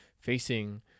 Facing